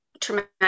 traumatic